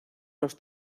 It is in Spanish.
los